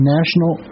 National